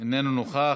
איננו נוכח,